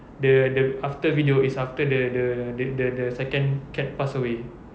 the the after video is after the the the the second cat passed away